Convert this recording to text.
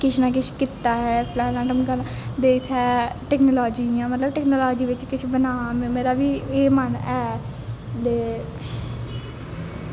किश ना किश कीता ऐ फलाना ढमकाना दे इत्थे टेक्नोलाॅजी इयां मतलब टेक्नोलाॅजी बिच किश बना में मेरा बी एह् मन ऐ दे